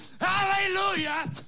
Hallelujah